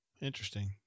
interesting